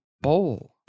bowl